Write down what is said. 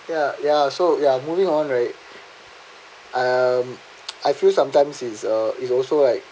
ya ya so ya moving on right um I feel sometimes it's err it's also like